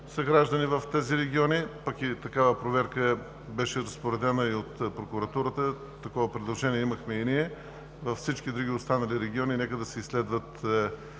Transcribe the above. съграждани в тези региони, пък и такава проверка беше разпоредена и от прокуратурата. Такова предложение имахме и ние. Във всички останали региони нека се изследва.